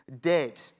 dead